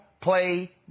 play